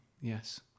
yes